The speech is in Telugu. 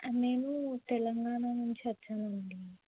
మేము తెలంగాణా నుంచొచ్చామండి